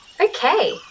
Okay